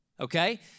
okay